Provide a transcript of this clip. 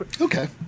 Okay